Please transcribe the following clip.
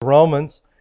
Romans